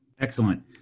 Excellent